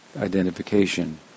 identification